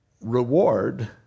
reward